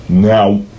now